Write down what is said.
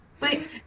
Wait